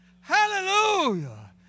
Hallelujah